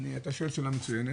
אתה שואל שאלה מצוינת,